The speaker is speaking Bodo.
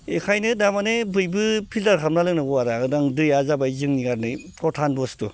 बेखायनो दा माने बयबो फिल्टार खालामना लोंनांगौ आरो दैआ जाबाय जोंनि थाखाय फ्रधान बस्थु